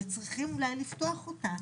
ואולי צריכים לפתוח אותה.